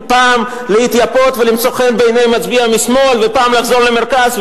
פעם להתייפות ולמצוא חן בעיני מצביע משמאל ופעם לחזור למרכז,